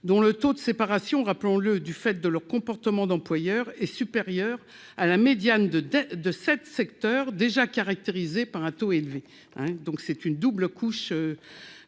dont le taux de séparation, rappelons-le, du fait de leur comportement d'employeurs est supérieur à la médiane de, de, de 7 secteurs déjà caractérisée par un taux élevé, hein, donc c'est une double couche.